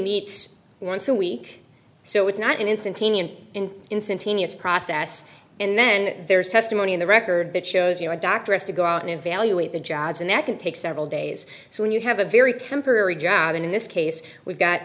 meets once a week so it's not an instant kenyan instantaneous process and then there's testimony in the record that shows you are doctoress to go out and evaluate the jobs and that can take several days so when you have a very temporary job and in this case we've got